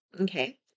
okay